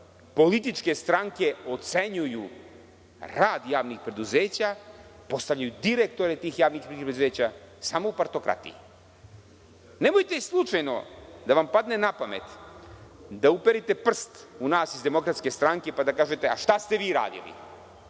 političke stranke ocenjuju rad javnih preduzeća, postavljaju direktore tih javnih preduzeća? Samo u partokratiji. Nemojte slučajno da vam padne napamet da uperite prst u nas iz DS pa da kažete – šta ste vi radili?